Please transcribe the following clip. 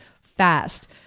fast